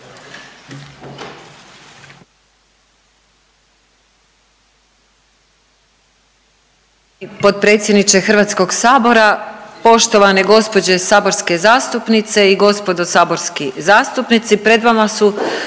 Potpredsjedniče HS, poštovane gđe. saborske zastupnice i gospodo saborski zastupnici. Pred vama su